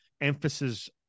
emphasis